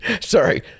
Sorry